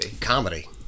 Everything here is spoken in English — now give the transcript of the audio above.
Comedy